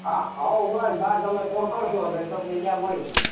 હા હા બસ બસ તમે ફોન કરશો તો એટલે તમને ત્યાં મળી જઈશ